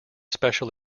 special